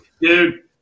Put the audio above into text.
dude